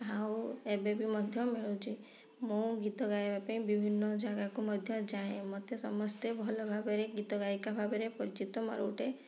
ଆଉ ଏବେ ବି ମଧ୍ୟ ମିଳୁଛି ମୁଁ ଗୀତ ଗାଇବା ପାଇଁ ବିଭିନ୍ନ ଜାଗାକୁ ମଧ୍ୟ ଯାଏ ମୋତେ ସମସ୍ତେ ଭଲ ଭାବରେ ଗୀତ ଗାୟିକା ଭାବରେ ପରିଚିତ ମୋର ଗୋଟେ